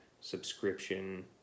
subscription